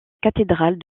cathédrale